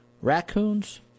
raccoons